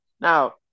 Now